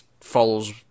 follows